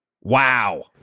Wow